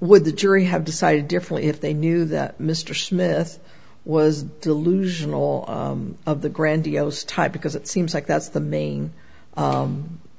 would the jury have decided differently if they knew that mr smith was delusional of the grandiose type because it seems like that's the main